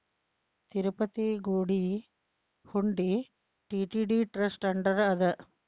ತಿರುಪತಿ ಗುಡಿ ಹುಂಡಿ TTD trust under ಅದ